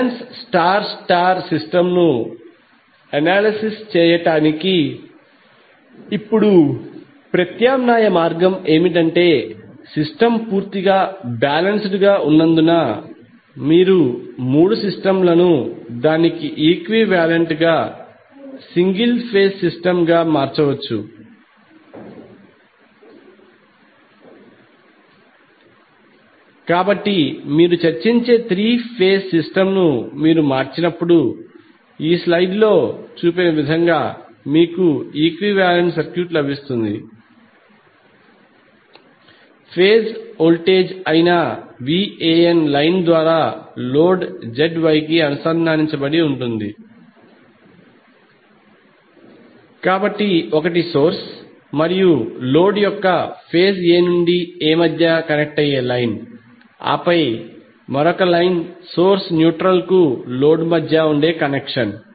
balance star star సిస్టమ్ను analysis చేయడానికి ఇప్పుడు ప్రత్యామ్నాయ మార్గం ఏమిటంటే సిస్టమ్ పూర్తిగా బాలెన్స్డ్ గా ఉన్నందున మీరు మూడు సిస్టమ్ ల ను దాని ఈక్వివాలెంట్ సింగిల్ ఫేజ్ సిస్టమ్గా మార్చవచ్చు కాబట్టి మీరు చర్చించే త్రీ ఫేజ్ సిస్టమ్ ను మీరు మార్చినప్పుడు ఈ స్లయిడ్లో చూపిన విధంగా మీకు ఈక్వివాలెంట్ సర్క్యూట్ లభిస్తుంది ఫేజ్ వోల్టేజ్ అయిన Van లైన్ ద్వారా లోడ్ ZY కి అనుసంధానించబడి ఉంటుంది కాబట్టి ఒకటి సోర్స్ మరియు లోడ్ యొక్క ఫేజ్ A నుండి A మధ్య కనెక్ట్ అయ్యే లైన్ ఆపై మరొక లైన్ సోర్స్ న్యూట్రల్ కు లోడ్ కు మధ్య కనెక్షన్